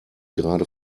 gerade